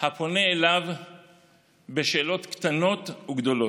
הפונה אליו בשאלות קטנות וגדולות.